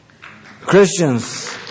Christians